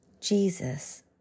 Jesus